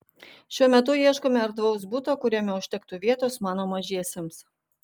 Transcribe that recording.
šiuo metu ieškome erdvaus buto kuriame užtektų vietos mano mažiesiems